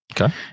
Okay